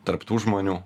tarp tų žmonių